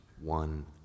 one